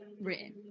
written